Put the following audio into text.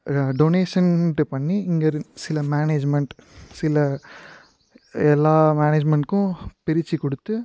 டொனேஷன்ட்டு பண்ணி இங்கே இருக் சில மேனேஜ்மெண்ட் சில எல்லாம் மேனேஜ்மெண்ட்க்கும் பிரிச்சு கொடுத்து